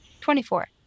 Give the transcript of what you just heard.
Twenty-four